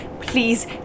Please